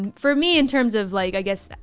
for me in terms of like, i guess,